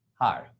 Hi